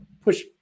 push